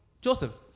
Joseph